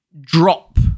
Drop